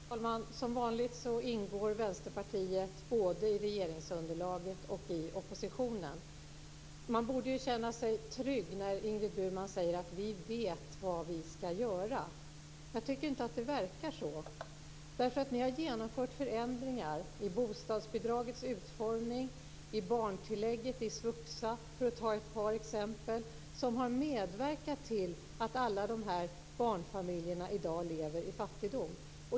Fru talman! Som vanligt ingår Vänsterpartiet både i regeringsunderlaget och i oppositionen. Man borde känna sig trygg när Ingrid Burman säger: Vi vet vad vi ska göra. Jag tycker inte att det verkar så, därför att ni har genomfört förändringar i bostadsbidragets utformning, i barntillägget och i svuxa, för att nämna några exempel, som har medverkat till att alla de här barnfamiljerna i dag lever i fattigdom.